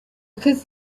because